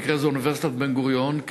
במקרה זו אוניברסיטת בן-גוריון,